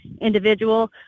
individual